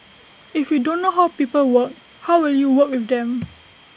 if you don't know how people work how will you work with them